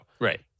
right